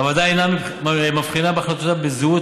הוועדה אינה מבחינה בהחלטותיה בזהות